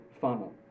funnel